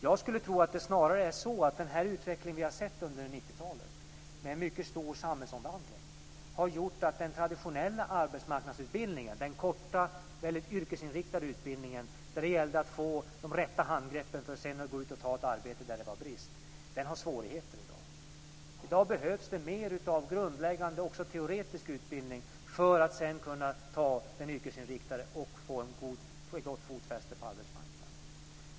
Jag skulle tro att det snarare är så att utvecklingen under 90-talet, med en mycket stor samhällsomvandling, har gjort att den traditionella arbetsmarknadsutbildningen - den korta yrkesinriktade utbildningen där det gällde att få de rätta handgreppen för att sedan ta ett arbete där det var brist - har svårigheter i dag. I dag behövs det mer av grundläggande teoretisk utbildning för att man sedan ska kunna ta en yrkesinriktad utbildning och få ett gott fotfäste på arbetsmarknaden.